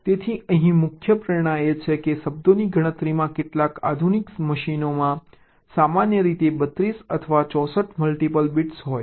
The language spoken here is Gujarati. તેથી અહીં મુખ્ય પ્રેરણા એ છે કે શબ્દોની ગણતરીમાં કેટલાક આધુનિક મશીનોમાં સામાન્ય રીતે 32 અથવા 64 મલ્ટીપલ બિટ્સ હોય છે